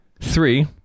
three